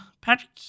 Patrick